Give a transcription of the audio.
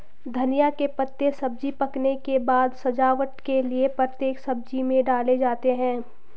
धनिया के पत्ते सब्जी पकने के बाद सजावट के लिए प्रत्येक सब्जी में डाले जाते हैं